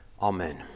Amen